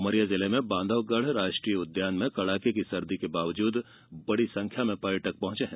उमरिया जिले में बांधवगढ़ राष्ट्रीय उद्यान में भी कड़ाके की सर्दी के बीच भी बड़ी संख्या में पर्यटक पहॅचे हैं